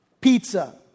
pizza